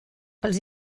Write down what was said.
els